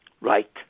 Right